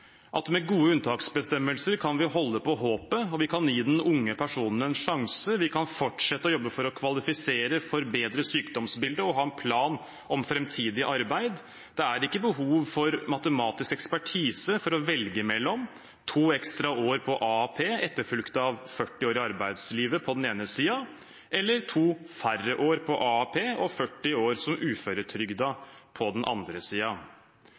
gode unntaksbestemmelser kan vi holde på håpet, og vi kan gi den unge personen en sjanse. Vi kan fortsette å jobbe for å kvalifisere, forbedre sykdomsbildet og ha en plan om fremtidig arbeid. Det er ikke behov for å tilkalle matematisk ekspertise for å velge mellom to ekstra år på AAP etterfulgt av 40 år i arbeidslivet på den ene siden, og to færre år på AAP og 40 år som uføretrygdet på den andre.»